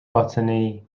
botany